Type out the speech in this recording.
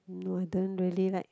no I don't really like